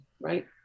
right